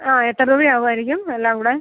ആ എത്ര രൂപയാകുമായിരിക്കും എല്ലാം കൂടെ